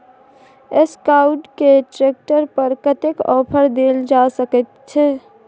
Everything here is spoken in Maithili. एसकाउट के ट्रैक्टर पर कतेक ऑफर दैल जा सकेत छै?